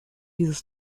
dieses